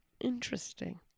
Interesting